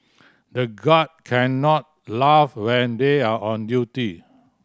the guard cannot laugh when they are on duty